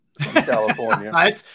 California